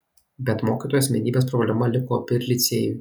bet mokytojo asmenybės problema liko opi ir licėjui